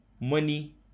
money